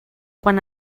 quan